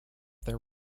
their